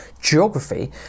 geography